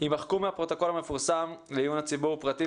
יימחקו מהפרוטוקול המפורסם לעיון הציבור פרטים